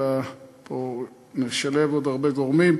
אלא נשלב עוד הרבה גורמים.